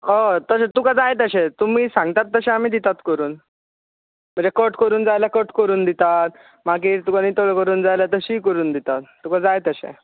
हय तशें तुका जाय तशें तुमी सांगतात तशें आमी दितात करून म्हणजे कट करून जाय जाल्यार कट करून दितात मागीर तुका नितळ करून जाय जाल्यार तशीय करून दितात तुका जाय तशें